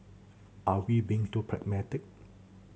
are we being too pragmatic